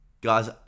Guys